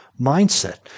mindset